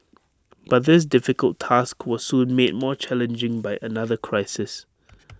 but this difficult task was soon made more challenging by another crisis